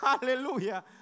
Hallelujah